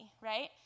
right